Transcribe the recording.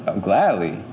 Gladly